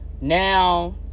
now